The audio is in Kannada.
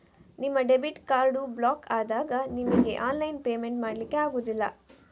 ನಿಮ್ಮ ಡೆಬಿಟ್ ಕಾರ್ಡು ಬ್ಲಾಕು ಆದಾಗ ನಿಮಿಗೆ ಆನ್ಲೈನ್ ಪೇಮೆಂಟ್ ಮಾಡ್ಲಿಕ್ಕೆ ಆಗುದಿಲ್ಲ